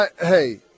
Hey